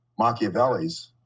Machiavellis